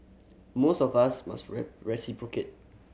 mores of us must reciprocate